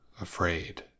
afraid